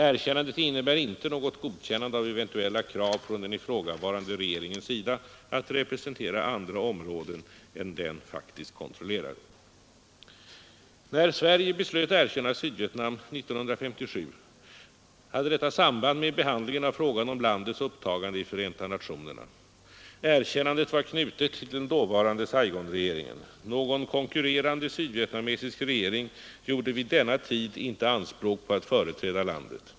Erkännandet innebär inte något godkännande av eventuella krav från den ifrågavarande regeringens sida att representera andra områden än den faktiskt kontrollerar. När Sverige beslöt erkänna Sydvietnam 1957 hade det samband med behandlingen av frågan om landets upptagande i Förenta nationerna. Erkännandet var knutet till den dåvarande Saigonregeringen. Någon konkurrerande sydvietnamesisk regering gjorde vid denna tid inte anspråk på att företräda landet.